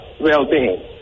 well-being